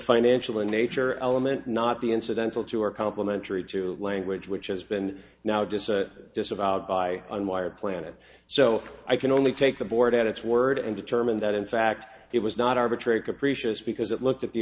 financial in nature element not the incidental to or complimentary to language which has been now just a disavowed by unwired planet so i can only take the board at its word and determine that in fact it was not arbitrary capricious because it looked at the